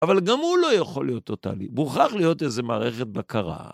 אבל גם הוא לא יכול להיות טוטאלי, מוכרח להיות איזה מערכת בקרה.